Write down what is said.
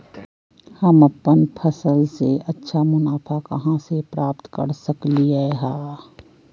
हम अपन फसल से अच्छा मुनाफा कहाँ से प्राप्त कर सकलियै ह?